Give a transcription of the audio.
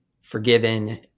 forgiven